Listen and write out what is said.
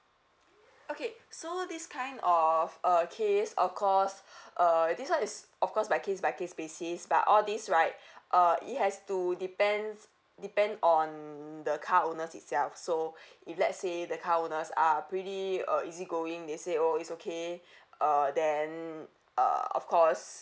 okay so this kind of uh case of course uh this [one] is of course by case by case basis but all these right uh it has to depends depend on the car owners itself so if let's say the car owners are pretty uh easy-going they say oh it's okay uh then uh of course